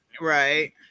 Right